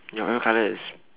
you favourite colour is